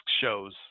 shows